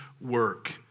work